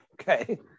okay